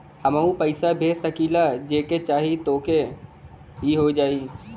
हमहू पैसा भेज सकीला जेके चाही तोके ई हो जाई?